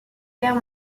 guerre